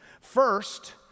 First